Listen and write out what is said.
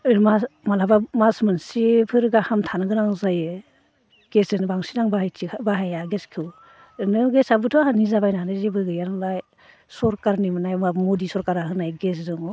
ओरैनो माब्लाबा मास मोनसेफोर गाहाम थानो गोनां जायो गेसजोनो बांसिन आं बाहायथि बाहाया गेसखौ ओरैनो गेसआबोथ' आं निजा बायनो हानाय जेबो गैया नालाय सरखारनि मोननाय बा मदि सरखारा होनाय गेस दङ